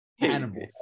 Animals